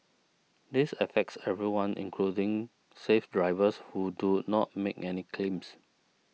this affects everyone including safe drivers who do not make any claims